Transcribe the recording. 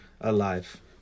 alive